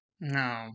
No